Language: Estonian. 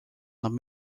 nad